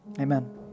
amen